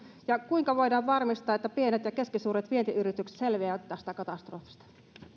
ja kuinka voidaan varmistaa että pienet ja keskisuuret vientiyritykset selviävät tästä katastrofista